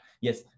Yes